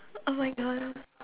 oh my god